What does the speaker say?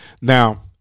Now